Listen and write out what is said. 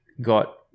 got